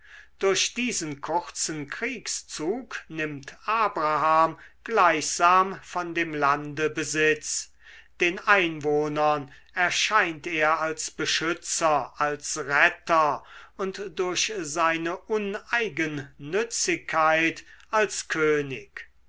durch diesen kurzen kriegszug nimmt abraham gleichsam von dem lande besitz den einwohnern erscheint er als beschützer als retter und durch seine uneigennützigkeit als könig